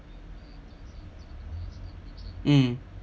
mm